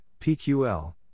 PQL